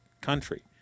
country